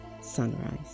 sunrise